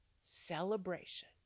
celebration